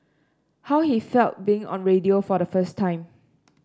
how he felt being on radio for the first time